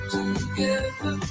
together